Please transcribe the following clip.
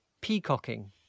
peacocking